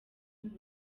muri